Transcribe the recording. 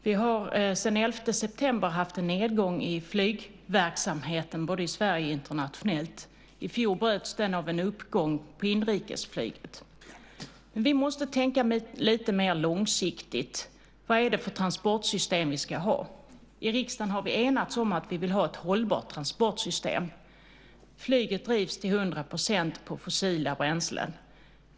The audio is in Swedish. Vi har sedan den 11 september 2001 haft en nedgång i flygverksamheten, både i Sverige och internationellt. I fjol bröts den av en uppgång på inrikesflyget. Vi måste tänka lite mer långsiktigt. Vad är det för transportsystem vi ska ha? I riksdagen har vi enats om att vi vill ha ett hållbart transportsystem. Flyget drivs till hundra procent av fossila bränslen.